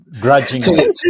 Grudgingly